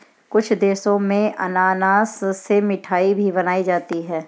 कुछ देशों में अनानास से मिठाई भी बनाई जाती है